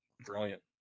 Brilliant